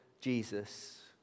Jesus